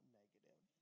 negative